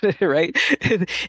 right